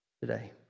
today